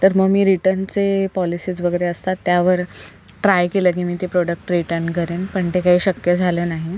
तर मग मी रिटर्नचे पोलिसिज वगैरे असतात त्यावर ट्राय केलं की मी ते प्रोडक्ट रिटर्न करेन पण ते शक्य झालं नाही